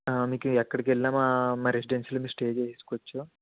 మీకు ఎక్కడికి వెళ్ళిన మా రెసిడెన్సీలో మీరు స్టే చేసుకోవచ్చు